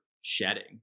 shedding